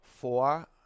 four